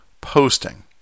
posting